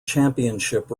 championship